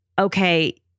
okay